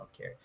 healthcare